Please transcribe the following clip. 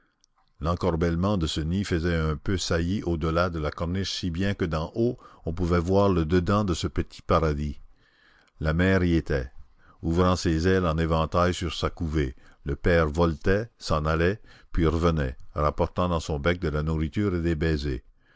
l'encorbellement de ce nid faisait un peu saillie au-delà de la corniche si bien que d'en haut on pouvait voir le dedans de ce petit paradis la mère y était ouvrant ses ailes en éventail sur sa couvée le père voletait s'en allait puis revenait rapportant dans son bec de la nourriture et des baisers